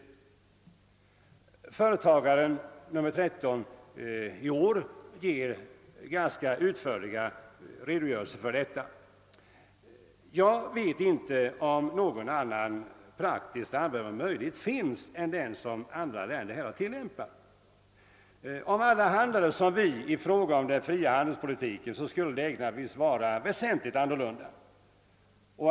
Tidskriften Företagaren nr 13 i år ger ganska utförliga redogörelser för detta. Jag vet inte om någon annan praktiskt användbar möjlighet finns än den som andra länder har tillämpat. Om alla handlade som vi i fråga om den fria handelspolitiken skulle läget naturligtvis vara väsentligt annorlunda.